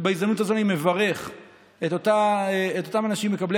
ובהזדמנות הזו אני מברך את אותם אנשים מקבלי